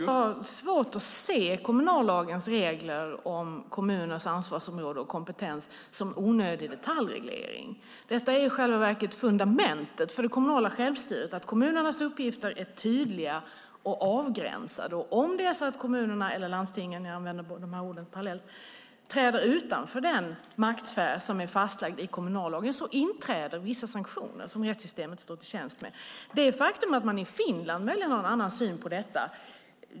Herr talman! Jag har svårt att se kommunallagens regler om kommunernas ansvarsområde och kompetens som onödig detaljreglering. Fundamentet för det kommunala självstyret är att kommunernas uppgifter är tydliga och avgränsade. Om kommunerna eller landstingen träder utanför den maktsfär som är fastlagd i kommunallagen inträder vissa sanktioner som rättssystemet står till tjänst med. Det är möjligt att man i Finland har en annan syn på detta.